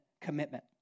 commitment